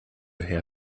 herr